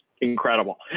incredible